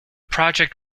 project